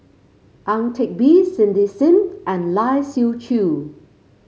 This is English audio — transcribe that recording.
Ang Teck Bee Cindy Sim and Lai Siu Chiu